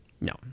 No